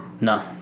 No